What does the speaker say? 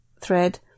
thread